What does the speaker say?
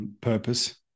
purpose